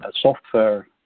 software